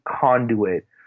conduit